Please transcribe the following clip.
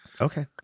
okay